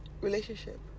relationship